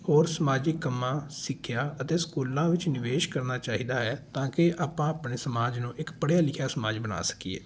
ਹੋਰ ਸਮਾਜਿਕ ਕੰਮਾਂ ਸਿੱਖਿਆ ਅਤੇ ਸਕੂਲਾਂ ਵਿੱਚ ਨਿਵੇਸ਼ ਕਰਨਾ ਚਾਹੀਦਾ ਹੈ ਤਾਂ ਕਿ ਆਪਾਂ ਆਪਣੇ ਸਮਾਜ ਨੂੰ ਇੱਕ ਪੜ੍ਹਿਆ ਲਿਖਿਆ ਸਮਾਜ ਬਣਾ ਸਕੀਏ